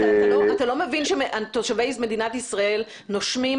אתה לא מבין שתושבי מדינת ישראל נושמים